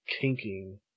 kinking